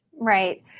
Right